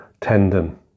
tendon